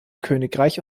königreich